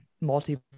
multi